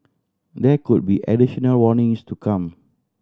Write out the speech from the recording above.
there could be additional warnings to come